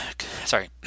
sorry